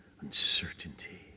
uncertainty